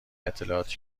اطلاعاتی